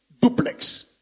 duplex